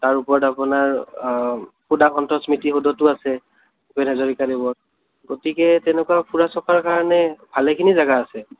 তাৰ ওপৰত আপোনাৰ সুধাকণ্ঠৰ স্মৃতিসৌধটো আছে ভূপেন হাজৰিকাদেৱৰ গতিকে তেনেকুৱা ফুৰা চকাৰ কাৰণে ভালেখিনি জেগা আছে